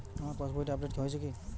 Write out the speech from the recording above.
আমার পাশবইটা আপডেট হয়েছে কি?